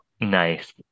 nice